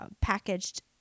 packaged